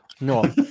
No